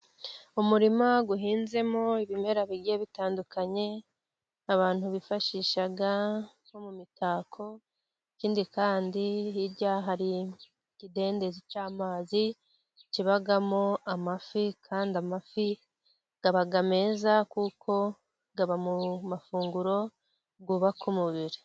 Umurima uhinzemo ibimera bigiye bitandukanye, abantu bifashisha nko mu mitako, ikindi kandi hirya hari ikidendezi cy'amazi kibamo amafi kandi amafi aba meza, kuko aba mu mafunguro y'ubaka umubiri.